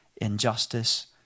injustice